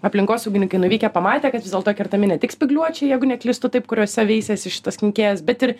aplinkosaugininkai nuvykę pamatė kad vis dėlto kertami ne tik spygliuočiai jeigu neklystu taip kuriuose veisiasi šitas kenkėjas bet ir